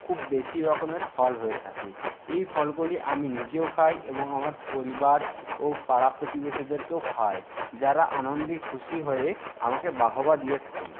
খুব বেশি রকমের ফল হয়ে থাকে এই ফলগুলি আমি নিজেও খাই এবং আমার পরিবার ও পাড়া প্রতিবেশীদেরকেও খাওয়াই যারা আনন্দে খুশি হয়ে আমাকে বাহবা দিয়ে থাকেন